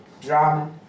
drama